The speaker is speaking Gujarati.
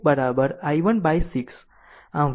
આમ i2 i1 by 6